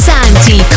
Santi